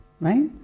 right